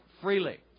freely